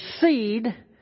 seed